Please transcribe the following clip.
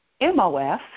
MOF